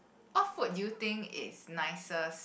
what food do you think is nicest